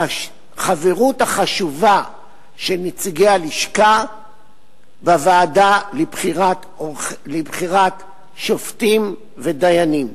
החברות החשובה של נציגי הלשכה בוועדות לבחירת שופטים ודיינים.